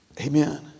Amen